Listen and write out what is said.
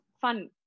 fun